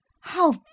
How